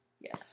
Yes